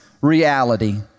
reality